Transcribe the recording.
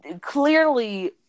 Clearly